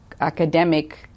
academic